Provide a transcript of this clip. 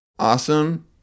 awesome